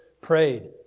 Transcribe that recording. prayed